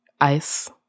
ice